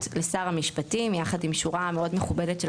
לשר המשפטים ביחד עם שורה מאוד מכובדת של